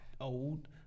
old